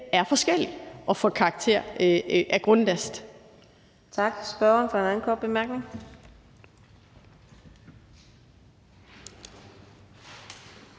er forskellig og får karakter af grundlast.